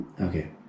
okay